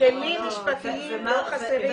כלים משפטיים יש, לא חסרים.